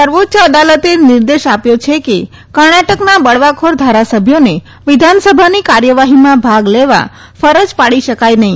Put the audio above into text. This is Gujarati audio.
સર્વોચ્ય અદાલતે નિર્દેશ આપ્યો છે કે કર્ણાટકના બળવાખોર ધારાસભ્યોને વિધાનસભાની કાર્યવાહીમાં ભાગ લેવા ફરજ ન પાડવી